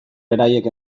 beraiek